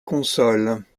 consoles